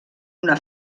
una